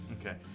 okay